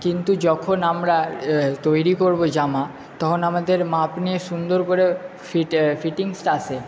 কিন্তু যখন আমরা তৈরি করবো জামা তখন আমাদের মাপ নিয়ে সুন্দর করে ফিট ফিটিংসটা আসে